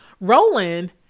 Roland